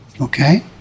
okay